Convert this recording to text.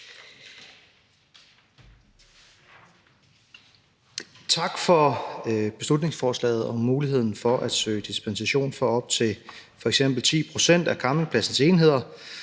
Tak for beslutningsforslaget om muligheden for at søge dispensation for op til f.eks. 10 pct. af campingpladsers enheder,